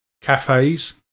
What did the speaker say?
cafes